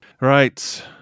right